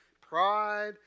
pride